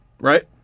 right